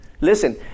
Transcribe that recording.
Listen